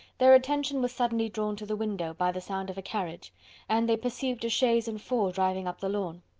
their attention was suddenly drawn to the window, by the sound of a carriage and they perceived a chaise and four driving up the lawn.